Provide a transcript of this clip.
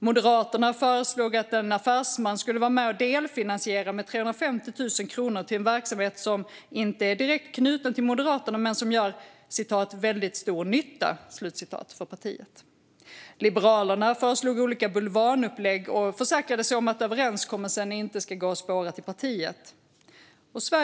Moderaterna föreslog att en affärsman skulle vara med och med 350 000 kronor delfinansiera en verksamhet som inte är direkt knuten till Moderaterna men som gör väldigt stor nytta för partiet. Liberalerna föreslog olika bulvanupplägg och försäkrade sig om att överenskommelsen inte skulle gå att spåra till partiet.